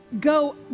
go